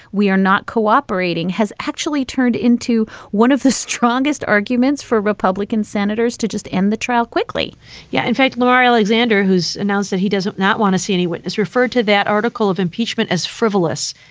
we are not cooperating has actually turned into one of the strongest arguments for republican senators to just end the trial quickly yeah in fact, laura alexander, who's announced that he does um not want to see any witness referred to that article of impeachment as frivolous,